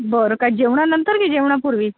बरं काय जेवणानंतर की जेवणापूर्वी